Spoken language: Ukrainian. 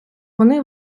вони